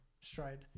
stride